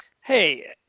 hey